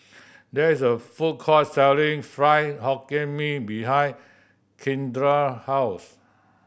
there is a food court selling Fried Hokkien Mee behind Kindra house